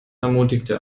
ermutigte